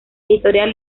editorial